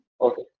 Okay